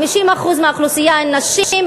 50% מהאוכלוסייה הם נשים,